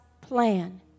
plan